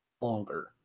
longer